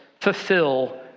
fulfill